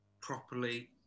properly